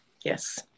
yes